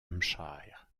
hampshire